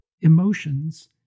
emotions